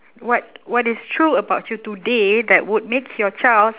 what what is true about you today that would make your child